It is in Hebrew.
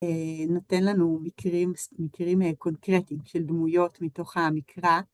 אה... נותן לנו מקרים... מקרים קונקרטיים, של דמויות מתוך המקרא.